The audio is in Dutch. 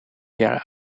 jaar